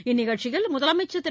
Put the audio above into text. இந்த நிகழ்ச்சியில் முதலமைச்சர் திரு